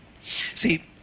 See